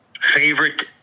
favorite